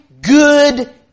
good